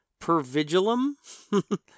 Pervigilum